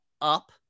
up